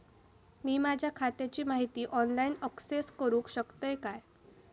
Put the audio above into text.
मी माझ्या खात्याची माहिती ऑनलाईन अक्सेस करूक शकतय काय?